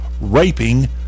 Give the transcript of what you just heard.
raping